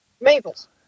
maples